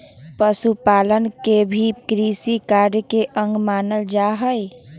पशुपालन के भी कृषिकार्य के अंग मानल जा हई